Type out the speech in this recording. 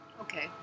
okay